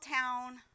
town